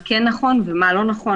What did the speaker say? יעסקו, מה כן נכון ומה לא נכון.